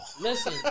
listen